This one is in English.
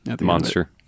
Monster